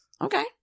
Okay